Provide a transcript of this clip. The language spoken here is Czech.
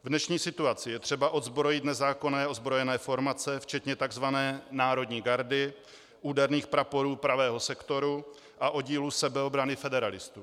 V dnešní situaci je třeba odzbrojit nezákonné ozbrojené formace včetně tzv. národní gardy, úderných praporů Pravého sektoru a oddílu sebeobrany federalistů.